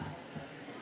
חביבי.